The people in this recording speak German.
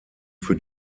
für